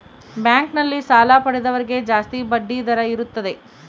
bank ನಲ್ಲಿ ಸಾಲ ಪಡೆದವರಿಗೆ ಜಾಸ್ತಿ ಬಡ್ಡಿ ದರ ಇರುತ್ತದೆ